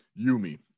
Yumi